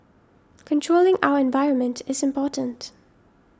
controlling our environment is important